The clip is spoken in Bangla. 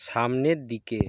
সামনের দিকে